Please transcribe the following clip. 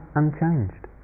unchanged